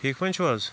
ٹھیٖک پٲٹھۍ چھُو حظ